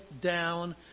down